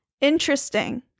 Interesting